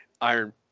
Iron